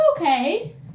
okay